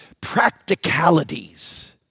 practicalities